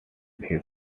his